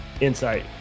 insight